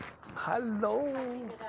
Hello